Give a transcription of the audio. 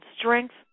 Strength